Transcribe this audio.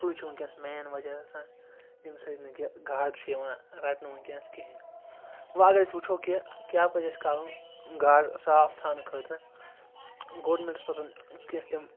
سُے چھُ وٕنکیٚس مین وجہ آسان ییٚمہِ سۭتۍ نہٕ کہِ گاڈٕ چھِ یِوان رَٹنہٕ وٕنکیٚنس کِہیٖنۍ وٕ اگر أسۍ وٕچھو کہِ کیٛاہ پَزِ اَسہِ کَرُن گاڈٕ صاف تھاونہٕ خٲطرٕ گورمنٛٹَس پَزَن کینٛہہ تِم